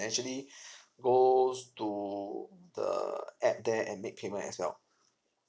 actually goes to the app there and make payment as well